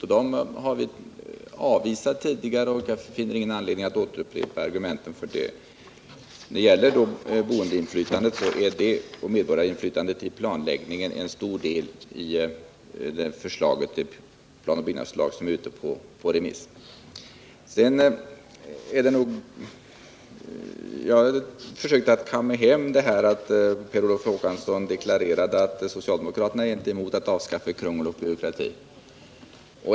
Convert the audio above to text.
De kraven har vi tidigare avvisat, och jag finner ingen anledning att upprepa argumenten för det. När det gäller medborgarinflytandet vid planläggningen vill jag hänvisa till att det är en stor del i det förslag till planoch byggnadslag som är ute på remiss. Jag försökte kamma hem poängen att Per Olof Håkansson deklarerat att socialdemokraterna inte är emot avskaffandet av krångel och byråkrati.